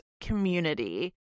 community